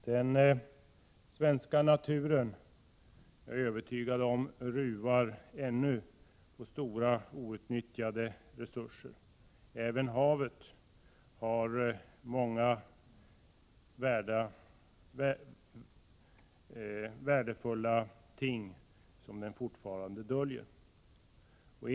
Den svenska naturen — det är jag övertygad om — ruvar ännu på stora, outnyttjade resurser. Även havet döljer fortfarande många värdefulla ting.